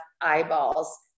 eyeballs